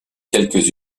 quelques